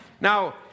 Now